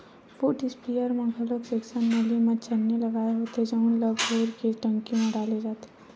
foot sprayer म घलो suction नली म छन्नी लगे होथे जउन ल घोर के टंकी म डाले जाथे